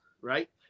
right